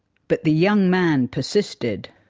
but the young man persisted.